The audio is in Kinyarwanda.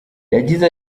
yagize